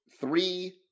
three